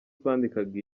twandikaga